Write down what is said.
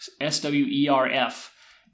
s-w-e-r-f